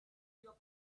your